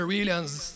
Williams